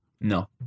No